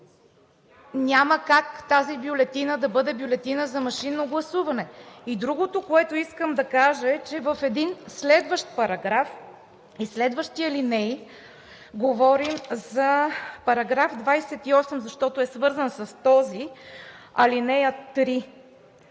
няма как тази бюлетина да бъде за машинно гласуване. И другото, което искам да кажа, е, че в един следващ параграф и следващи алинеи – говорим за § 28, защото е свързан с този – в ал. 3